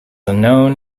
unknown